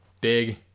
big